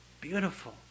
Beautiful